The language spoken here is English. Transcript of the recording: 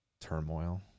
turmoil